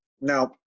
Now